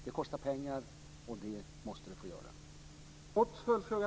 Det kostar pengar, och det måste det få göra.